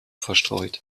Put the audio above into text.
verstreut